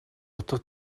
утга